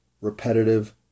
repetitive